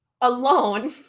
alone